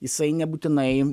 jisai nebūtinai